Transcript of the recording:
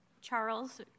Charles